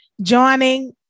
joining